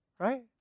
Right